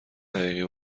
حقیقی